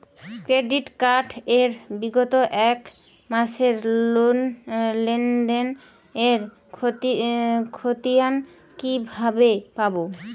Credit card এর বিগত এক মাসের লেনদেন এর ক্ষতিয়ান কি কিভাবে পাব?